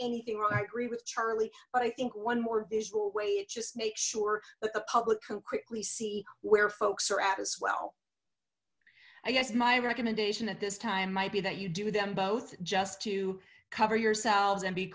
anything wrong i agree with charlie but i think one more visual way it just makes sure that the public can quickly see where folks are at as well i guess my recommendation at this time might be that you do them both just to cover yourselves